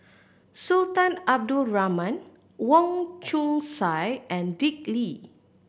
Sultan Abdul Rahman Wong Chong Sai and Dick Lee